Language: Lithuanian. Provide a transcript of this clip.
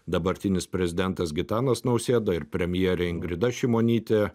dabartinis prezidentas gitanas nausėda ir premjerė ingrida šimonytė